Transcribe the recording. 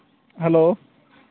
hello